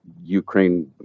Ukraine